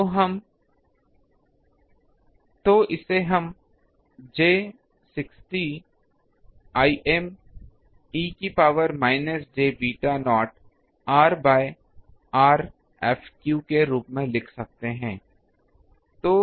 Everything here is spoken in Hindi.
तो इसे हम j 60 Im e की power minus j beta naught r by r F के रूप में लिख सकते हैं